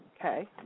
Okay